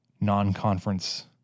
non-conference